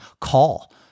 call